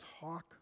talk